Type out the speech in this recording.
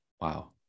wow